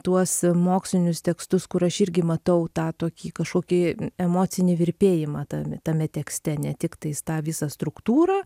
tuos mokslinius tekstus kur aš irgi matau tą tokį kažkokį emocinį virpėjimą tame tame tekste ne tiktais tą visą struktūrą